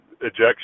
ejection